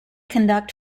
conduct